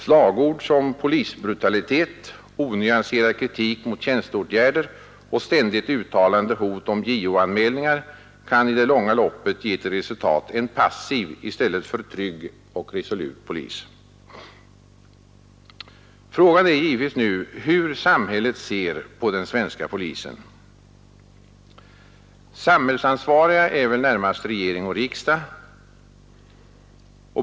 Slagord som ”polisbrutalitet”, onyanserad kritik mot tjänsteåtgärder och ständigt uttalade hot om JO-anmälningar kan i det långa loppet ge till resultat en passiv i ställe för en trygg, resolut polis.” Frågan är givetvis nu hur samhället ser på den svenska polisen. Samhällsansvariga är väl närmast regering och riksdag.